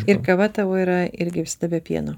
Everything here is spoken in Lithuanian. ir kava tavo yra irgi visada be pieno